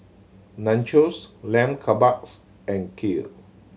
Nachos Lamb Kebabs and Kheer